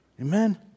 Amen